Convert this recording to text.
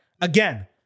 Again